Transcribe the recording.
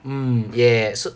mm yes